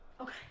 Okay